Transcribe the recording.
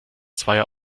zweier